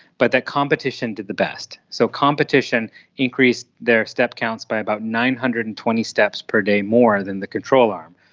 but the competition did the best. so, competition increased their step counts by about nine hundred and twenty steps per day more than the control arm,